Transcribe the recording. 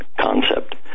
concept